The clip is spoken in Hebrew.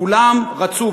כולם רצו,